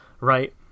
Right